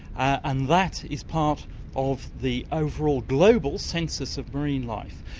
and that is part of the overall global census of marine life.